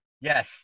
Yes